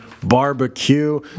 Barbecue